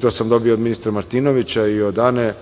to sam dobio od ministra Martinovića i od Ane,